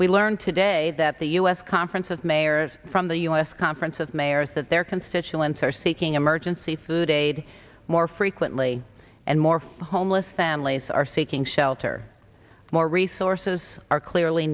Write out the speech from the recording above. we learned today that the u s conference of mayors from the u s conference of mayors that their constituents are seeking emergency food aid more frequently and more homeless families are seeking shelter more resources are clearly